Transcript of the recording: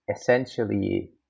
essentially